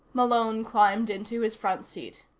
malone climbed into his front seat.